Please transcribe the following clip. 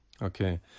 Okay